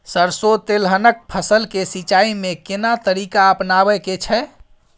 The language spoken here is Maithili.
सरसो तेलहनक फसल के सिंचाई में केना तरीका अपनाबे के छै?